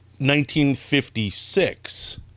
1956